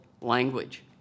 language